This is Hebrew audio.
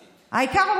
העיקר,